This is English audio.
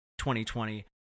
2020